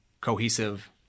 cohesive